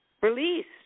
released